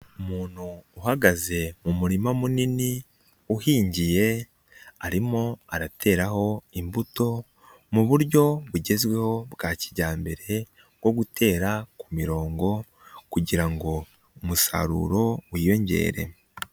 Umuntu uhagaze mu murima munini uhingiye, arimo arateraho imbuto mu buryo bugezweho bwa kijyambere, bwo gutera ku mirongo kugira ngo umusaruro wiyongere.